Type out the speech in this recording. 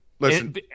Listen